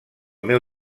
meu